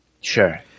sure